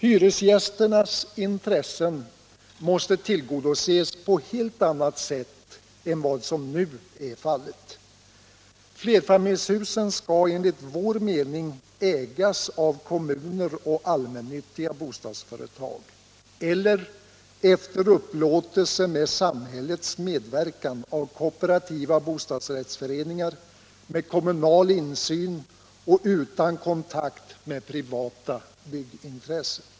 Hyresgästernas intressen måste tillgodoses på ett helt annat sätt än vad som nu är fallet. Flerfamiljshusen skall enligt vår mening ägas av kommuner och allmännyttiga bostadsföretag eller, efter upplåtelse med samhällets medverkan, av kooperativa bostadsrättsföreningar med kommunal insyn och utan kontakt med privata byggintressen.